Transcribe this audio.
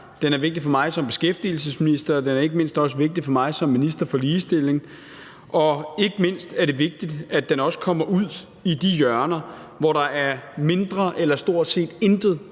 den er vigtig for mig som beskæftigelsesminister, og den er ikke mindst vigtig for mig som minister for ligestilling. Og det er også vigtigt, at den kommer ud i de hjørner, hvor der er mindre eller stort set intet